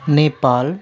Nepal